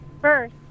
First